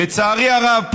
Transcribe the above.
לצערי הרב,